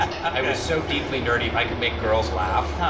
i was so deeply nerdy, if i could make girls laugh,